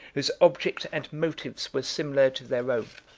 whose object and motives were similar to their own.